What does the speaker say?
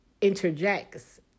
interjects